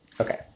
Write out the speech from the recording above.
Okay